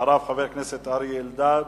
אחריו, חבר הכנסת אריה אלדד,